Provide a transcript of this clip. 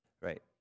Right